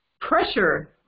pressure